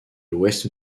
l’ouest